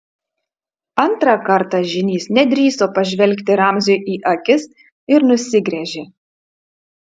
antrą kartą žynys nedrįso pažvelgti ramziui į akis ir nusigręžė